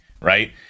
right